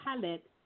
palette